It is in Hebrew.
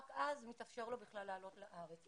רק אז מתאפשר לו בכלל לעלות לארץ.